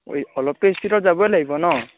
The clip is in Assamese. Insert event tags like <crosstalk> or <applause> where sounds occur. <unintelligible> অলপটো স্পীডত যাবই লাগিব ন'